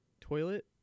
toilet